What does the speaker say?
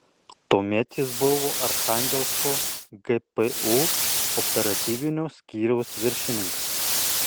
tuomet jis buvo archangelsko gpu operatyvinio skyriaus viršininkas